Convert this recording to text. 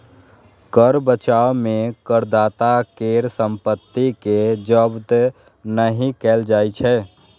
कर बचाव मे करदाता केर संपत्ति कें जब्त नहि कैल जाइ छै